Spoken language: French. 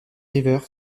river